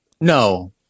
No